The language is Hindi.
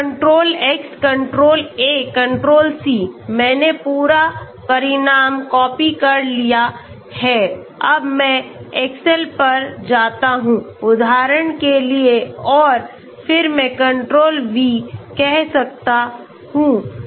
तो control X control A control C मैंने पूरा परिणाम कॉपी कर लिया है अब मैं एक्सेल पर जाता हूं उदाहरण के लिए और फिर मैं कंट्रोल V कह सकता हूं